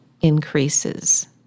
increases